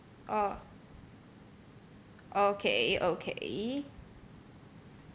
oh okay okay